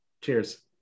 Cheers